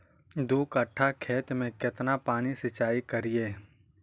दू कट्ठा खेत में केतना पानी सीचाई करिए?